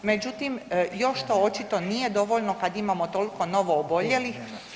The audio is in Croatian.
Međutim, još to očito nije dovoljno kada imamo toliko novooboljelih.